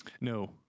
No